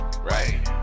Right